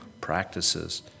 practices